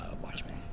Watchmen